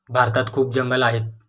भारतात खूप जंगलं आहेत